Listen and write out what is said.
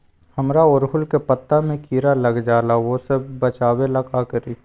हमरा ओरहुल के पत्ता में किरा लग जाला वो से बचाबे ला का करी?